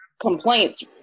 complaints